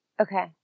Okay